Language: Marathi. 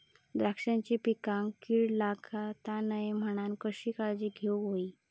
द्राक्षांच्या पिकांक कीड लागता नये म्हणान कसली काळजी घेऊक होई?